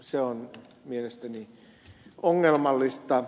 se on mielestäni ongelmallista